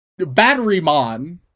Batterymon